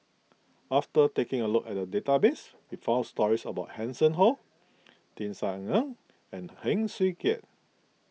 after taking a look at the database we found stories about Hanson Ho Tisa Ng and Heng Swee Keat